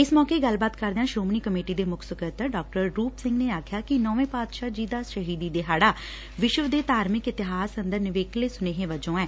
ਇਸ ਮੋਕੇ ਗੱਲਬਾਤ ਕਰਦਿਆਂ ਸ਼ੋਮਣੀ ਕਮੇਟੀ ਦੇ ਮੁੱਖ ਸਕੱਤਰ ਡਾ ਰੁਪ ਸਿੰਘ ਨੇ ਆਖਿਆ ਕਿ ਨੌਵੇਂ ਪਾਤਸ਼ਾਹ ਜੀ ਦਾ ਸ਼ਹੀਦੀ ਦਿਹਾਭਾ ਵਿਸ਼ਵ ਦੇ ਧਾਰਮਿਕ ਇਤਿਹਾਸ ਅੰਦਰ ਨਿਵੇਕਲੇ ਸੁਨੇਹੇ ਵਜੋਂ ਐ